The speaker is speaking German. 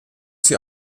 sie